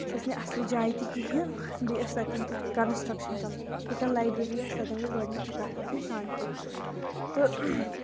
سۄ ٲس نہٕ اَصلہِ جایہِ تہِ کِہیٖنۍ بیٚیہِ ٲس تَتٮ۪ن تہِ کَنَسٹَرٛکشَن چَلان ییٚتٮ۪ن لایبرری آسہِ تَتٮ۪ن گژھِ گۄڈنِچی کَتھ آسٕنۍ شانتی تہٕ